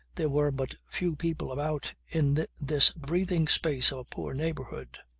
there were but few people about in this breathing space of a poor neighbourhood.